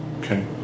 Okay